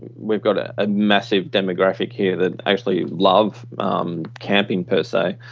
we've got a ah massive demographic here that actually love camping per se,